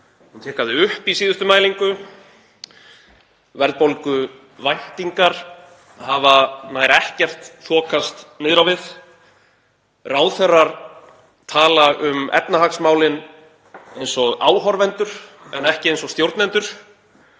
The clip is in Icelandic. og tikkaði upp í síðustu mælingu. Verðbólguvæntingar hafa nær ekkert þokast niður á við. Ráðherrar tala um efnahagsmálin eins og áhorfendur en ekki stjórnendur